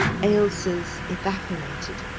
ailsa's evaporated.